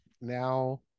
now